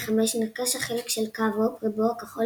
2005 נרכש החלק של קו-אופ ריבוע כחול